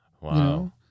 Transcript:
Wow